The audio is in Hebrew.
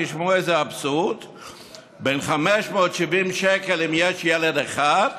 תשמעו איזה אבסורד: בין 570 שקל, אם יש ילד אחד,